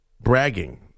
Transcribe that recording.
bragging